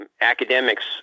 academics